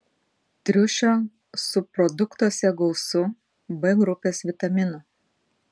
triušio subproduktuose gausu b grupės vitaminų